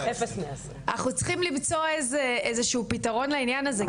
אנחנו צריכים למצוא איזשהו פתרון לעניין הזה,